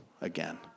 again